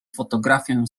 fotografię